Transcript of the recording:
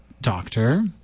doctor